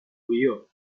lió